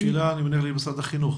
זו שאלה, אני מניח למשרד החינוך.